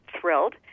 thrilled